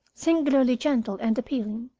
singularly gentle and appealing.